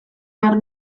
behar